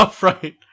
right